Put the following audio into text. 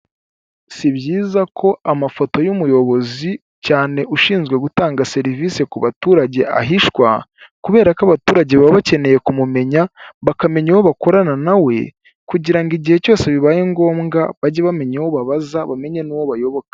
Si byiza ko amafoto y'umuyobozi cyane ushinzwe gutanga serivisi ku baturage ahishwa kuberako abaturage baba bakeneye kumumenya bakamenya uwo bakorana nawe kugira ngo igihe cyose bibaye ngombwa bage bamenya uwo babaza bamenye nuwo bayoboka.